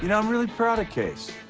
you know i'm really proud of case.